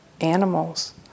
animals